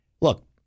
Look